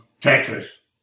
Texas